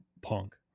punk